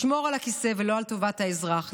לשמור על הכיסא ולא על טובת האזרח,